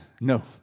no